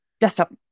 Desktop